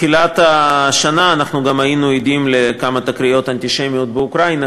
מתחילת השנה גם היינו עדים לכמה תקריות אנטישמיות באוקראינה,